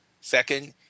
Second